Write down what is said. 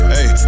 Hey